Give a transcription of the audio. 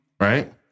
Right